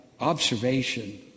observation